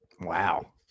Wow